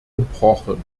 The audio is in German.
gebrochen